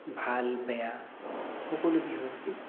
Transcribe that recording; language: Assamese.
ভাল বেয়া সকলো বিষয়কে